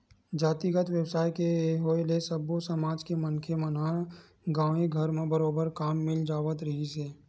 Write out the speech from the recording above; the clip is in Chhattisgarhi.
जातिगत बेवसाय के होय ले सब्बो समाज के मनखे मन ल गाँवे घर म बरोबर काम मिल जावत रिहिस हे